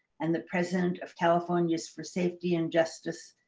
and the president of california for safety and justice,